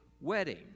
wedding